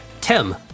Tim